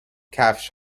کفش